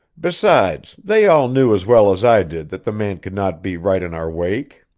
besides, they all knew as well as i did that the man could not be right in our wake.